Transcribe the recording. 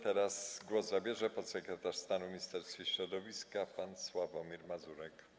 Teraz głos zabierze podsekretarz stanu w Ministerstwie Środowiska pan Sławomir Mazurek.